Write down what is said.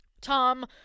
Tom